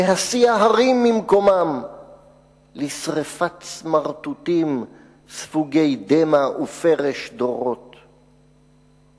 להסיע הרים ממקומם./ לשרפת סמרטוטים ספוגי דמע ופרש דורות!//